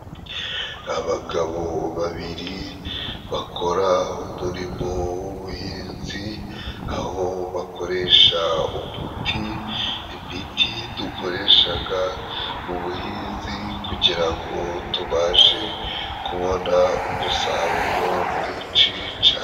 Abagabo babiri bakora umurimo w'ubuhinzi, aho bakoresha umuti imiti dukoreshaga mu buhinzi, kugira ngo tubashe kubona umusaruro mwishi cane.